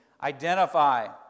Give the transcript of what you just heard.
identify